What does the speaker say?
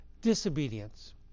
disobedience